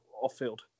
off-field